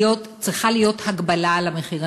צריכה להיות הגבלה על המחיר.